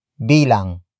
bilang